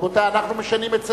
רבותי, אנחנו משנים את סדר-היום.